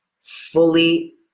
Fully